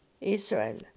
Israel